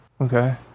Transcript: Okay